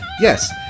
Yes